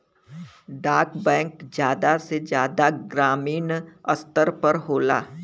डाक बैंक जादा से जादा ग्रामीन स्तर पर होला